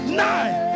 nine